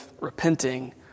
repenting